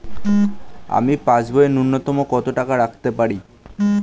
আমি পাসবইয়ে ন্যূনতম কত টাকা রাখতে পারি?